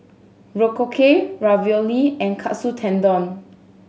Korokke Ravioli and Katsu Tendon